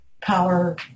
Power